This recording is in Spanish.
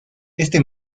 este